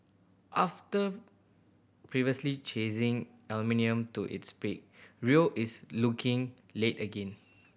after previously chasing aluminium to its peak Rio is looking late again